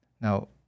now